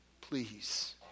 Please